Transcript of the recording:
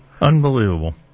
Unbelievable